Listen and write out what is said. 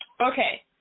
Okay